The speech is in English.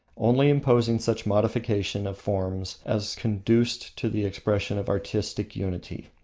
only imposing such modifications of form as conduced to the expression of artistic unity.